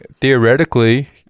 theoretically